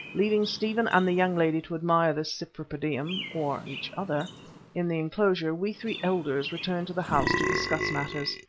leaving stephen and the young lady to admire this cypripedium or each other in the enclosure, we three elders returned to the house to discuss matters.